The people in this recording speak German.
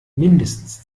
mindestens